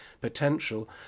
potential